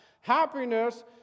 Happiness